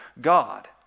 God